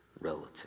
relative